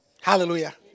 Hallelujah